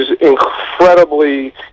incredibly